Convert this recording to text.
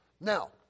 Now